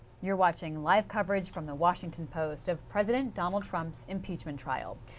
you are watching live coverage from the washington post of president donald trump's impeachment trial.